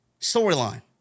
Storyline